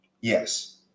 yes